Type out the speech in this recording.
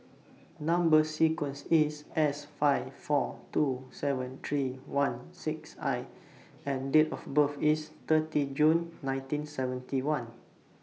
Number sequence IS S five four two seven three one six I and Date of birth IS thirty June nineteen seventy one